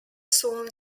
soon